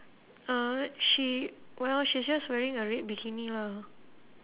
uh she well she's just wearing a red bikini lah